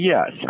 Yes